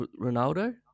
Ronaldo